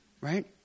right